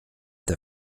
the